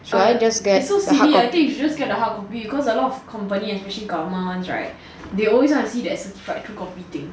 err so siti right I think you should just get the hardcopy cause a lot of company especially government ones right they always wanna that certified two copy thing